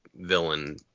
villain